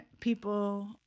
people